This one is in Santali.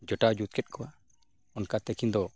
ᱡᱚᱴᱟᱣ ᱡᱩᱛ ᱠᱮᱜ ᱠᱚᱣᱟ ᱚᱱᱠᱟᱛᱮ ᱩᱱᱠᱤᱱ ᱫᱚ